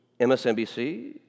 MSNBC